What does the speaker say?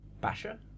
basher